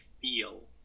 feel